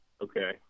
Okay